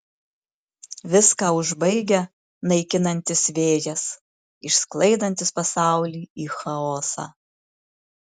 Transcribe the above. viską užbaigia naikinantis vėjas išsklaidantis pasaulį į chaosą